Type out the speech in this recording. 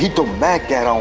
to baghdad um